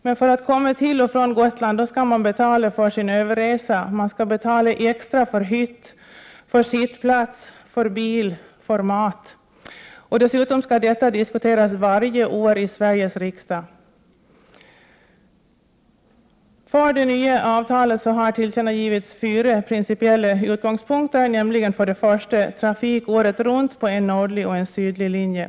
Men för att komma till och från Gotland skall man betala för sin överresa, och man skall betala extra för hytt, för sittplats, för bil, för mat. Och dessutom skall detta diskuteras varje år i Sveriges riksdag. För det nya avtalet har tillkännagivits fyra principiella punkter. Enligt den första skall det vara trafik året runt på en nordlig och en sydlig linje.